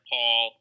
Paul